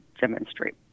demonstrate